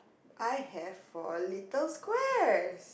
I have four little squares